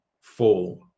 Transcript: fall